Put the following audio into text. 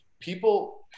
People